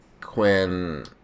Quinn